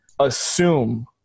assume